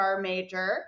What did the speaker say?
major